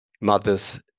mothers